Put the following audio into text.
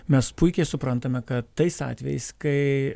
mes puikiai suprantame kad tais atvejais kai